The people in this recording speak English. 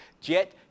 Jet